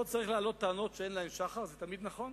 לא צריך להעלות טענות שאין להן שחר, זה תמיד נכון,